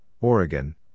Oregon